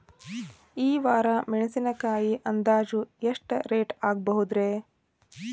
ಈ ವಾರ ಮೆಣಸಿನಕಾಯಿ ಅಂದಾಜ್ ಎಷ್ಟ ರೇಟ್ ಆಗಬಹುದ್ರೇ?